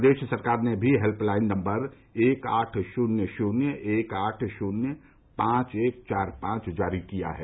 प्रदेश सरकार ने भी हेल्पलाइन नम्बर एक आठ शून्य शून्य एक आठ शून्य पांच एक चार पांच जारी किया है